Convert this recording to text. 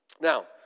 Now